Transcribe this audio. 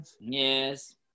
Yes